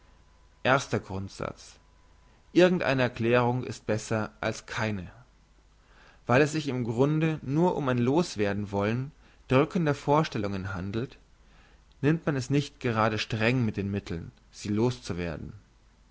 erster grundsatz irgend eine erklärung ist besser als keine weil es sich im grunde nur um ein loswerdenwollen drückender vorstellungen handelt nimmt man es nicht gerade streng mit den mitteln sie loszuwerden